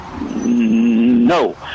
No